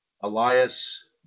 Elias